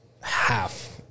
Half